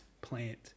plant